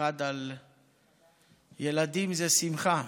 אחת על ילדים זה שמחה.